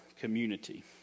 community